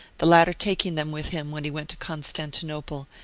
the latter taking them with him when he went to constantinople,